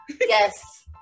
Yes